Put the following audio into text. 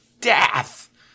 death